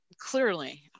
clearly